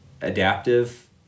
adaptive